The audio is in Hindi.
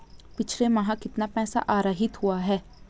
पिछले माह कितना पैसा आहरित हुआ है?